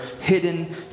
hidden